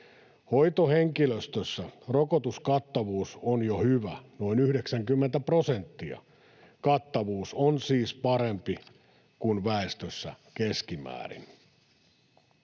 Hoitohenkilöstössä rokotuskattavuus on jo hyvä, noin 90 prosenttia. Kattavuus on siis parempi kuin väestössä keskimäärin.